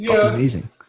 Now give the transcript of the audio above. amazing